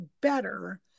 better